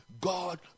God